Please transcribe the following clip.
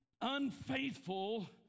unfaithful